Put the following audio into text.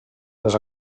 les